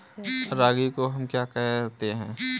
रागी को हम क्या कहते हैं?